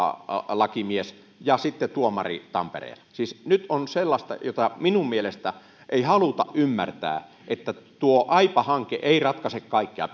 lakimies ja sitten tuomari tampereella siis nyt on sellaista että minun mielestäni ei haluta ymmärtää että tuo aipa hanke ei ratkaise kaikkea